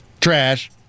Trash